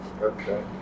Okay